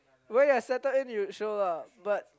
where you settled in you'll show lah but